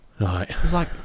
Right